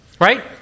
Right